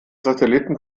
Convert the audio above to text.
satelliten